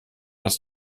das